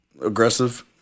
aggressive